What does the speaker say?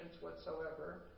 whatsoever